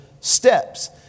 steps